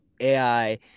AI